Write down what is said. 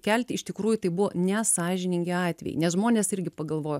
kelti iš tikrųjų tai buvo nesąžiningi atvejai nes žmonės irgi pagalvojo